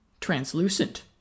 translucent